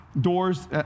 doors